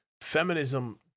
Feminism